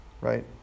right